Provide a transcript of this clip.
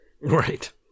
right